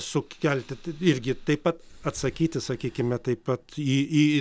sukelti irgi taip pat atsakyti sakykime taip pat į į